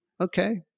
Okay